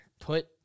put